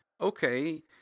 Okay